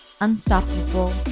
Unstoppable